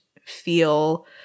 feel –